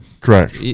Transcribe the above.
correct